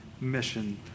mission